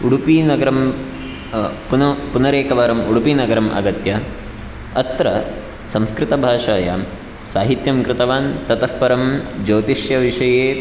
उडुपिनगरं पुन पुनरेकवारम् उडुपिनगरमागत्य अत्र संस्कृतभाषायां साहित्यं कृतवान् ततः परं ज्योतिष्यविषये